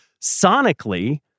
sonically